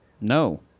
No